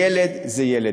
ילד זה ילד.